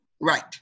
Right